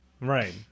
right